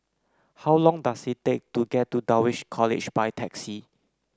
how long does it take to get to Dulwich College by taxi